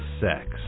Sex